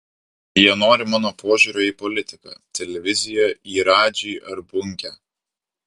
jie nori mano požiūrio į politiką televiziją į radžį ar bunkę